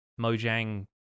Mojang